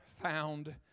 found